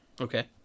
Okay